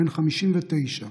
בן 59,